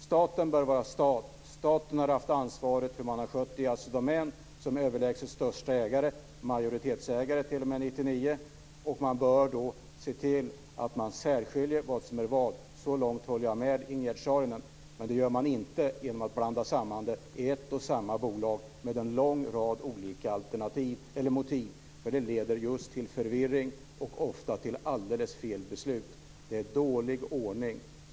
Staten bör vara stat. Staten har haft ansvaret för hur det har skötts i Assi Domän där man har varit den överlägset största ägaren - fram t.o.m. 1999 var man majoritetsägare. Man bör se till att särskiljer vad som är vad. Så långt håller jag med Ingegerd Saarinen. Men det gör man inte genom att blanda samman det i ett och samma bolag med en lång rad olika motiv. Det leder till förvirring och ofta till alldeles fel beslut. Det är en dålig ordning.